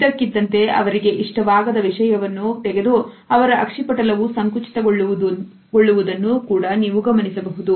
ಇದ್ದಕ್ಕಿದ್ದಂತೆ ಅವರಿಗೆ ಇಷ್ಟವಾಗದ ವಿಷಯವನ್ನು ತೆಗೆದು ಅವರ ಅಕ್ಷಿಪಟಲ ವು ಸಂಕುಚಿತಗೊಳ್ಳುವುದು ನ್ನು ಕೂಡ ನೀವು ಗಮನಿಸಬಹುದು